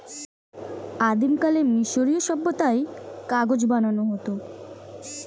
আদিমকালে মিশরীয় সভ্যতায় কাগজ বানানো হতো